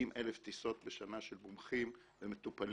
לצפון 40,000 טיסות בשנה של מומחים ומטופלים,